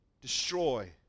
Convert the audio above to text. destroy